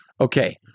Okay